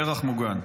פרח מוגן.